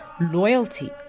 loyalty